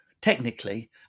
technically